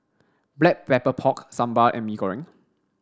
black black pork sambal and Mee Goreng